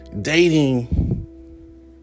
dating